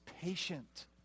patient